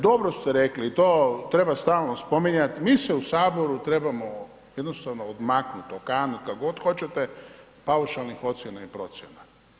Dobro ste rekli i to treba stalno spominjati, mi se u Saboru trebamo jednostavno odmaknuti, okaniti, kako god hoćete paušalnih ocjena i procjena.